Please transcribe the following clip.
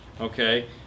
Okay